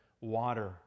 water